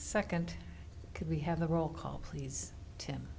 second could we have a roll call please tim